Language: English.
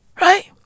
Right